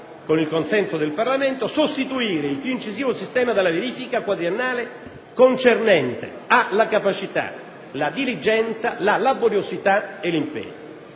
con il consenso del Parlamento, sostituire il più incisivo sistema della verifica quadriennale concernente la capacità, la diligenza, la laboriosità e l'impegno.